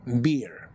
beer